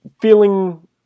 feeling